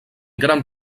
gran